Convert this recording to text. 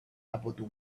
about